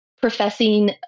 professing